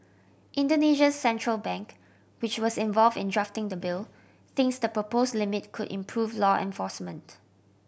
Indonesia's central bank which was involved in drafting the bill thinks the proposed limit could improve law enforcement